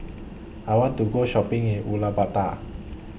I want to Go Shopping in Ulaanbaatar